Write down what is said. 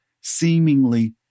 seemingly